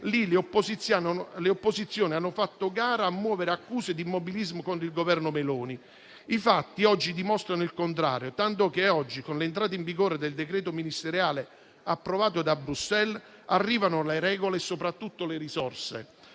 lì, le opposizioni hanno fatto a gara a muovere accuse di immobilismo contro il Governo Meloni. I fatti dimostrano il contrario, tanto che oggi, con l'entrata in vigore del decreto ministeriale approvato da Bruxelles, arrivano le regole e soprattutto le risorse.